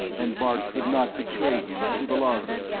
and bart could not betray him to the lhari.